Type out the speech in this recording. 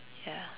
ya